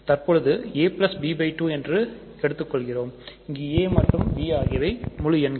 தற்பொழுது ab2 என எடுத்துக் கொள்கிறோம் இங்கு a மற்றும் b ஆகியவை முழு எண்கள்